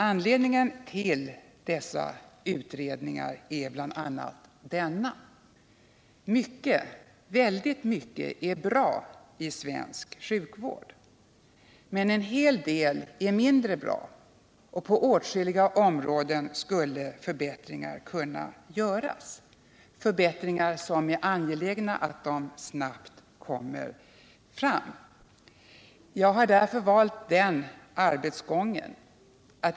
Anledningen till dessa utredningar är bl.a. att fastän väldigt mycket är bra i svensk sjukvård, är en hel del mindre bra, och på åtskilliga områden skulle förbättringar kunna göras. Det är angeläget att dessa förbättringar snabbt kommer till stånd.